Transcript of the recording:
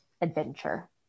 adventure